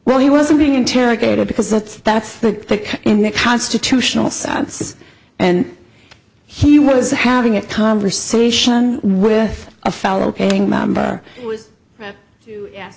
well he wasn't being interrogated because that that's the pick in the constitutional science and he was having a conversation with a fellow paying member ye